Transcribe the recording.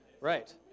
Right